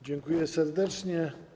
Dziękuję serdecznie.